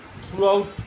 throughout